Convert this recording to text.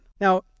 Now